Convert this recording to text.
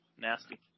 nasty